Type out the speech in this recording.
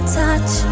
touch